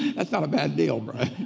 that's not a bad deal, brian.